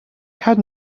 had